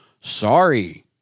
Sorry